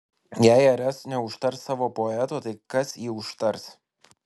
jei rs neužtars savo poeto tai kas jį užtars